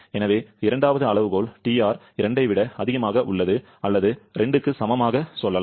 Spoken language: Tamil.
எனவே இரண்டாவது அளவுகோல் TR 2 ஐ விட அதிகமாக உள்ளது அல்லது 2 க்கு சமமாக சொல்லலாம்